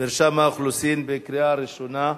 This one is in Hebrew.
בקריאה ראשונה.